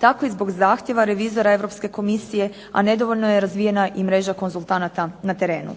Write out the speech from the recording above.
tako i zbog zahtjeva revizora Europske komisije, a nedovoljno je razvijena i mreža konzultanata na terenu.